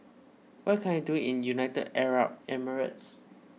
what can I do in United Arab Emirates